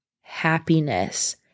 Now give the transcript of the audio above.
happiness